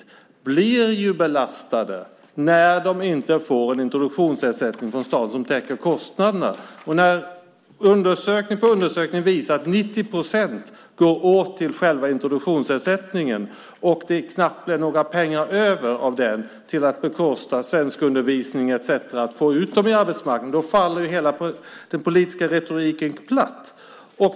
De blir belastade när de inte får introduktionsersättning från staten som täcker kostnaderna. Undersökning på undersökning visar att 90 procent av själva ersättningen går åt till introduktionen. Det blir knappt några pengar över till att bekosta svenskundervisning etcetera och få ut människor på arbetsmarknaden. Då faller hela den politiska retoriken platt.